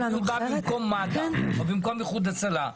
לנו אחרת --- שזה בא במקום מד"א או במקום איחוד הצלה,